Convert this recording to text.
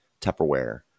Tupperware